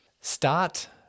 Start